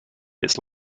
its